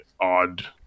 odd